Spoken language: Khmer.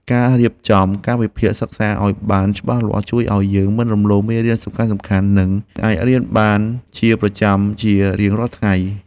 ការរៀបចំកាលវិភាគសិក្សាឱ្យបានច្បាស់លាស់ជួយឱ្យយើងមិនរំលងមេរៀនសំខាន់ៗ និងអាចរៀនបានជាប្រចាំជារៀងរាល់ថ្ងៃ។